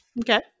Okay